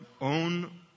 own